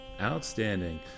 Outstanding